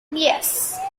yes